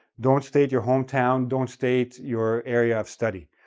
don't state your hometown, don't state your area of study.